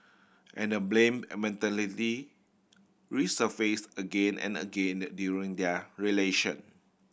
and the blame a mentality resurface again and again during their relation